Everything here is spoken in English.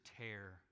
tear